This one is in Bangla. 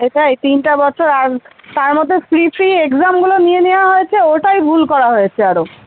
এটা এই তিনটা বছর আর তার মধ্যে ফ্রি ফ্রি এগজ্যামগুলো নিয়ে নেওয়া হয়েছে ওটাই ভুল করা হয়েছে আরো